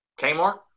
Kmart